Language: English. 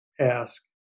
ask